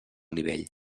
nivell